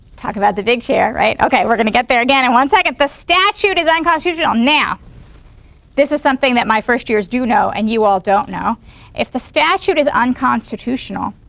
talk about the big chair. right, okay, we're going to get there again in one second the statute is unconstitutional. now this is something that my first years do know and you all don't know if the statute is unconstitutional,